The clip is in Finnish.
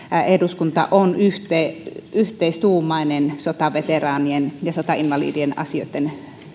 eduskunta on yhteistuumainen sotaveteraanien ja sotainvalidien asioitten